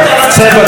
צא, בבקשה.